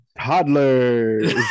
Toddlers